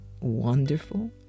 wonderful